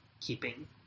keeping